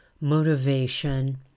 motivation